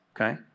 okay